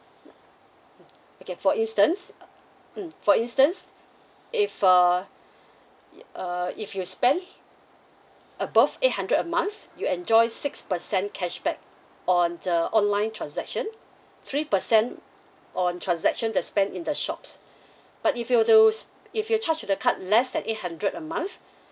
okay for instance mm for instance if uh ye~ uh if you spend above eight hundred a month you enjoy six percent cashback on the online transaction three percent on transaction that spend in the shops but if you were to s~ if you charge the card less than eight hundred a month